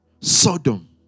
Sodom